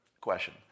question